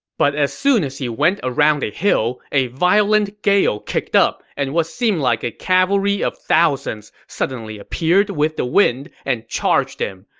but as soon as he went around a hill, however, a violent gale kicked up, and what seemed like a calvary of thousands suddenly appeared with the wind and charged him.